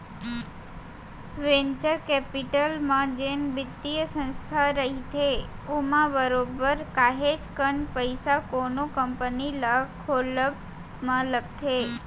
venture capital म जेन बित्तीय संस्था रहिथे ओमा बरोबर काहेच कन पइसा कोनो कंपनी ल खोलब म लगथे